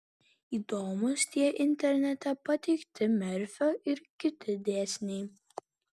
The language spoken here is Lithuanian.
įdomūs tie internete pateikti merfio ir kiti dėsniai